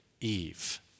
Eve